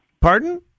Pardon